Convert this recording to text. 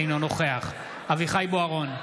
אינו נוכח אביחי אברהם בוארון,